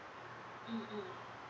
mm mm